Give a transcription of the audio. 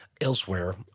elsewhere